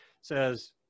says